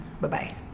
Bye-bye